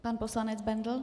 Pan poslanec Bendl.